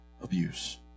abuse